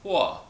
!wah!